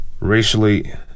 racially